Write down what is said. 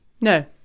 No